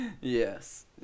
Yes